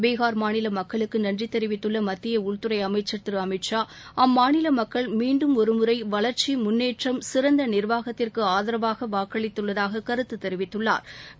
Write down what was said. பீகார் மாநில மக்களுக்கு நன்றி தெரிவித்துள்ள மத்திய உள்துறை அமைச்சர் திரு அமித்ஷா அம்மாநில மக்கள் மீண்டும் ஒருமுறை வளா்ச்சி முன்னேற்றம் சிறந்த நிர்வாகத்திற்கு ஆதரவாக வாக்களித்துள்ளதாக கருத்து தெரிவித்துள்ளாா்